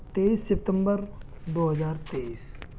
تیئیس ستمبر دو ہزار تیئیس